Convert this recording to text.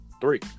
three